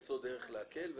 למצוא דרך להקל.